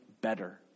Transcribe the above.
better